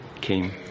came